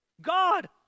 God